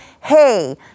hey